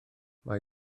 mae